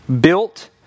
built